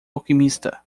alquimista